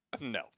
No